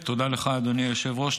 תודה לך, אדוני היושב-ראש.